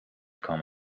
come